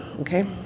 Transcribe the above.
okay